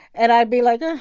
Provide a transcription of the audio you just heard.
and i'd be like, ah